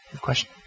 Question